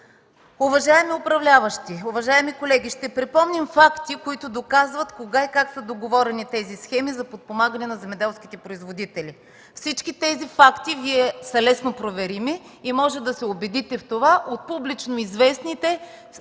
Уважаеми управляващи, уважаеми колеги! Ще припомним факти, които доказват кога и как са договорени тези схеми за подпомагане на земеделските производители. Всички тези факти са лесно проверими и можете да се убедите в това от публично известните